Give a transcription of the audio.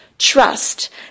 Trust